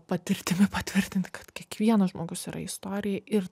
patirtimi patvirtinti kad kiekvienas žmogus yra istorija ir